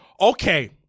okay